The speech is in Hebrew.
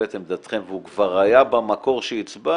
את עמדתכם והוא כבר היה במקור כשהצבענו,